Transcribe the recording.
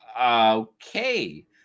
Okay